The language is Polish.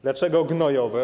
Dlaczego gnojowe?